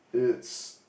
it's